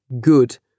Good